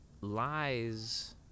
lies